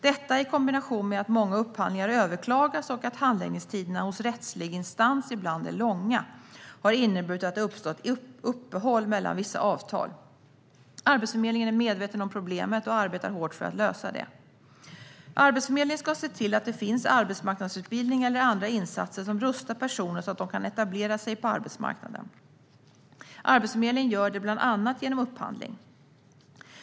Detta, i kombination med att många upphandlingar överklagas och att handläggningstiderna hos rättslig instans ibland är långa, har inneburit att det uppstått uppehåll mellan vissa avtal. Arbetsförmedlingen är medveten om problemet och arbetar hårt för att lösa det. Arbetsförmedlingen ska se till att det finns arbetsmarknadsutbildning eller andra insatser som rustar personer så att de kan etablera sig på arbetsmarknaden. Arbetsförmedlingen gör detta bland annat genom upphandling.